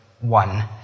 one